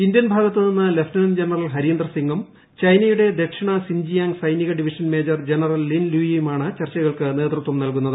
Indian ഭാഗത്തു നിന്ന് lieutenant general Harinder സിംഗും ചൈനയുടെ ദക്ഷിണ സിൻജിയാങ് സൈനിക division major general Lin Liu യുമാണ് ചർച്ചകൾക്ക് നേതൃത്വം നൽകുന്നത്